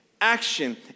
action